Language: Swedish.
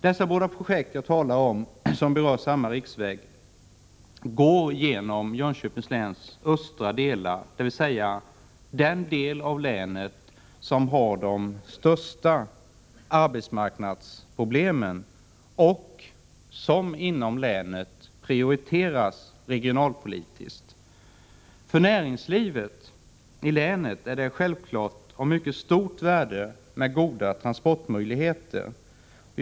De båda projekt som jag talar om rör samma riksväg, som går genom Jönköpings läns östra delar, dvs. den del av länet som har de största arbetsmarknadsproblemen och som inom länet prioriteras regionalpolitiskt. För näringslivet i länet är goda transportmöjligheter självfallet av mycket stort värde.